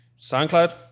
SoundCloud